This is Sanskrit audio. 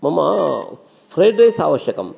मम फ्राय्ड् रैस् आवश्यकम्